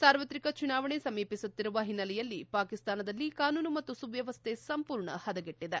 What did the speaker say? ಸಾರ್ವತ್ರಿಕ ಚುನಾವಣೆ ಸಮೀಪಿಸುತ್ತಿರುವ ಹಿನ್ನೆಲೆಯಲ್ಲಿ ಪಾಕಿಸ್ತಾನದಲ್ಲಿ ಕಾನೂನು ಮತ್ತು ಸುವ್ಲವಸ್ಟೆ ಸಂಪೂರ್ಣ ಹದಗೆಟ್ಟದೆ